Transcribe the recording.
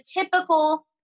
typical